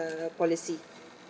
policy